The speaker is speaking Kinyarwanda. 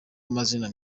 amazina